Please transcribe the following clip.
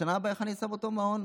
בשנה הבאה איך אני שם אותו במעון?